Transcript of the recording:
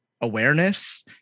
awareness